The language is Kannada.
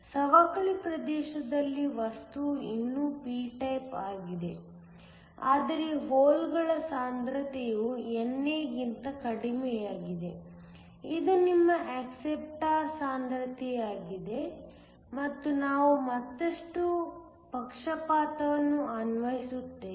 ಸವಕಳಿ ಪ್ರದೇಶದಲ್ಲಿ ವಸ್ತುವು ಇನ್ನೂ p ಟೈಪ್ ಆಗಿದೆ ಆದರೆ ಹೋಲ್ಗಳ ಸಾಂದ್ರತೆಯು NA ಗಿಂತ ಕಡಿಮೆಯಾಗಿದೆ ಇದು ನಿಮ್ಮ ಅಕ್ಸೆಪ್ಟಾರ್ ಸಾಂದ್ರತೆಯಾಗಿದೆ ಮತ್ತು ನಾವು ಮತ್ತಷ್ಟು ಪಕ್ಷಪಾತವನ್ನು ಅನ್ವಯಿಸುತ್ತೇವೆ